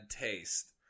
taste